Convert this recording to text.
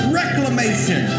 reclamation